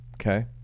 Okay